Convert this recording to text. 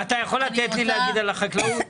מדובר על החלטת ממשלה